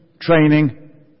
training